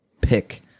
pick